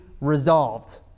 resolved